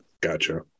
Gotcha